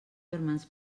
germans